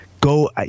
Go